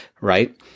right